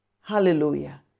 Hallelujah